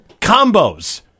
combos